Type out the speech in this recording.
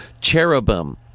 cherubim